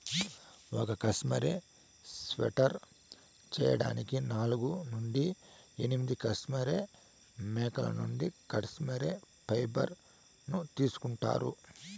ఒక cashmere sweater చేయడానికి నాలుగు నుండి ఎనిమిది కష్మెరె మేకల నుండి కష్మెరె ఫైబర్ ను తీసుకుంటారు